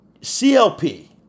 CLP